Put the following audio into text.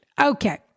Okay